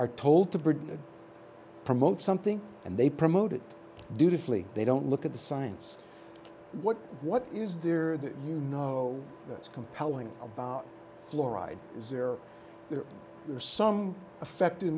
are told to promote something and they promoted dutifully they don't look at the science what what is there that you know that's compelling fluoride is there there are some effect in